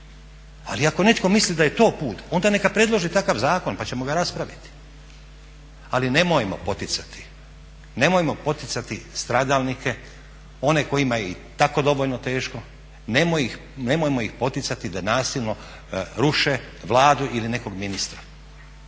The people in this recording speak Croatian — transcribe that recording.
ali ako netko misli da je to put onda neka predloži takav zakon pa ćemo ga raspraviti. Ali nemojmo poticati stradalnike, one kojima je i tako dovoljno teško, nemojmo ih poticati da nasilno ruše Vladu ili nekog ministra